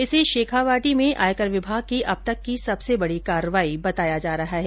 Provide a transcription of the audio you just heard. इसे शेखावाटी में आयकर विभाग की अब तक की सबसे बडी कार्रवाई बताया जा रहा है